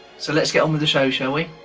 so let's get on with the show, shall